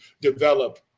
develop